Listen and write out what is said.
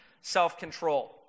Self-control